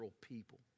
people